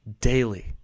daily